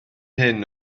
hyn